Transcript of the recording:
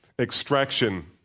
extraction